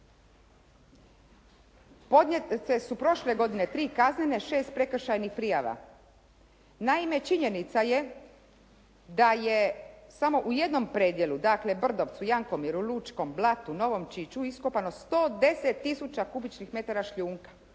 Podnijete su prošle godine 3 kaznene, 6 prekršajnih prijava. Naime, činjenica je da je samo u jednom predjelu, dakle brdo u Jankomiru, Lučkom, Blatu, Novom Čiču iskopano 110000 kubičnih metara šljunka,